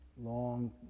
Long